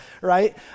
right